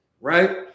right